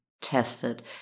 tested